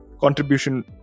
contribution